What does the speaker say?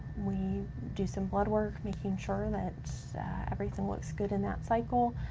we do some blood work, making sure that everything looks good in that cycle.